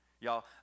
Y'all